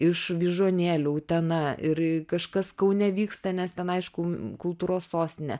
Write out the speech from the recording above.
iš vyžuonėlių utena ir kažkas kaune vyksta nes ten aišku kultūros sostinė